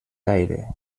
caire